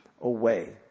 away